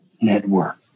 Network